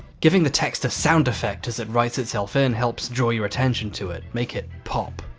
giving the text a sound effect as it writes itself in helps draw your attention to it, make it pop.